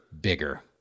bigger